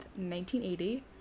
1980